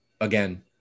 again